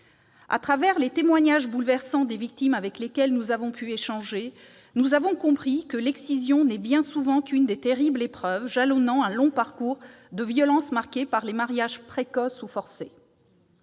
À travers les témoignages bouleversants des victimes avec lesquelles nous avons pu échanger, nous avons compris que l'excision n'est bien souvent qu'une des terribles épreuves jalonnant un long parcours de violences marqué par les mariages précoces ou forcés.